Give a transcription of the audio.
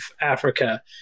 Africa